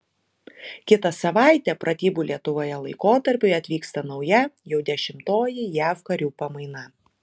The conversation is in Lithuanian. kitą savaitę pratybų lietuvoje laikotarpiui atvyksta nauja jau dešimtoji jav karių pamaina